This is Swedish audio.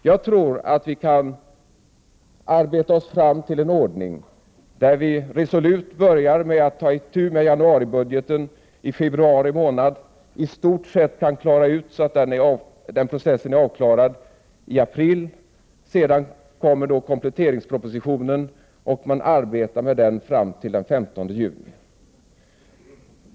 Jag tror att vi kan arbeta oss fram till en ordning där vi resolut börjar ta itu med januaribudgeten i februari månad och i stort sett kan klara av den processen i april. Sedan kommer kompletteringspropositionen, och man arbetar med den fram till den 15 juni.